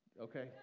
Okay